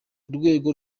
urwego